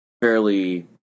fairly